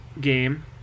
game